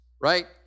right